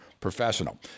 professional